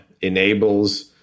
enables